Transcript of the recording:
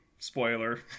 Spoiler